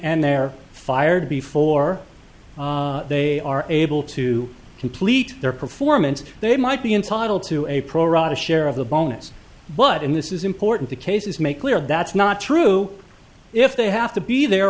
and they're fired before they are able to complete their performance they might be entitled to a pro rata share of the bonus but in this is important the cases make clear that's not true if they have to be there